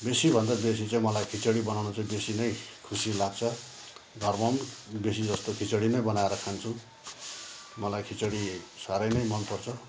बेसीभन्दा बेसी चाहिँ मलाई खिचडी बनाउनु चाहिँ बेसी नै खुसी लाग्छ घरमा पनि बेसी जस्तो खिचडी नै बनाएर खान्छु मलाई खिचडी साह्रै नै मनपर्छ